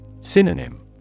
Synonym